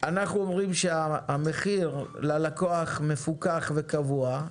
ואנחנו אומרים שהמחיר ללקוח מפוקח וקבוע,